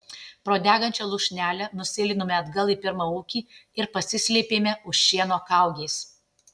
pro degančią lūšnelę nusėlinome atgal į pirmą ūkį ir pasislėpėme už šieno kaugės